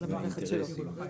מערכת הולכה,